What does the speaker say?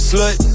Slut